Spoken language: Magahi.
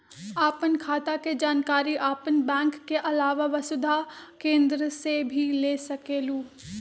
आपन खाता के जानकारी आपन बैंक के आलावा वसुधा केन्द्र से भी ले सकेलु?